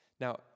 Now